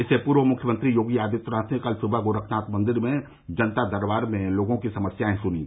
इससे पूर्व मुख्यमंत्री योगी आदित्यनाथ ने कल सुबह गोरखनाथ मंदिर में जनता दरबार में लोगों की समस्याएं सुनीं